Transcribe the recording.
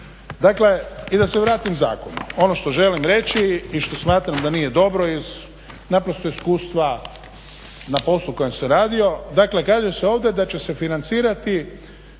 Dakle, i da se vratim zakonu. Ono što želim reći i što smatram da nije dobro naprosto iz iskustva na poslu kojem sam radio. Dakle, kaže se ovdje da će se financirati